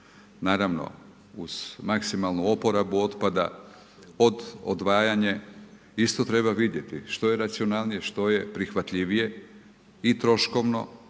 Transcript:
naravno, uz maksimalnu oporabu otpada, od odvajanje, isto treba vidjeti, što je racionalnije, što je prihvatljivije i troškovno